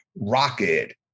Rocket